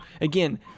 again